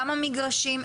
כמה מגרשים,